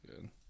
good